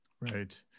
Right